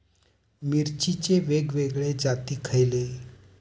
मिरचीचे वेगवेगळे जाती खयले?